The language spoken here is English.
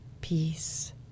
peace